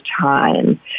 time